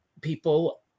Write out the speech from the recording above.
people